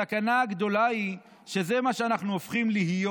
הסכנה הגדולה היא שזה מה שאנחנו הופכים להיות.